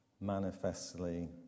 manifestly